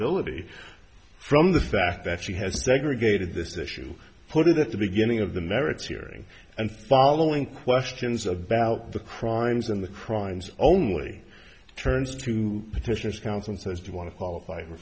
eligibility from the fact that she has a segregated this issue put it at the beginning of the merits hearing and following questions about the crimes and the crimes only turns to petitions counts and says do want to qualify for